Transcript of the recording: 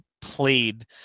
played